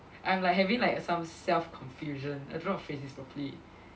I'm like having like some self confusion I don't know how to phrase this properly